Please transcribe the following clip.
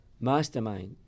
mastermind